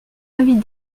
avis